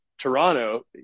Toronto